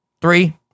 Three